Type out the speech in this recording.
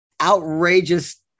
outrageous